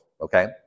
okay